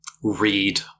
read